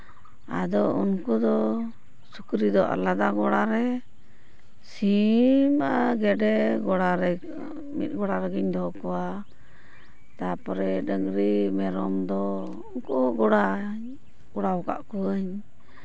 ᱟᱫᱚ ᱩᱱᱠᱩ ᱫᱚ ᱥᱩᱠᱨᱤ ᱫᱚ ᱟᱞᱟᱫᱟ ᱜᱚᱲᱟ ᱨᱮ ᱥᱤᱢ ᱟᱨ ᱜᱮᱰᱮ ᱜᱚᱲᱟᱨᱮ ᱢᱤᱫ ᱜᱚᱲᱟ ᱨᱮᱜᱤᱧ ᱫᱚᱦᱚ ᱠᱚᱣᱟ ᱛᱟᱨᱯᱚᱨᱮ ᱰᱟᱹᱝᱨᱤ ᱢᱮᱨᱚᱢ ᱫᱚ ᱩᱱᱠᱩ ᱜᱚᱲᱟᱧ ᱠᱚᱨᱟᱣ ᱠᱟᱜ ᱠᱚᱣᱟᱧ